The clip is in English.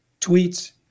tweets